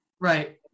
right